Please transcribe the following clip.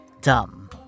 Dumb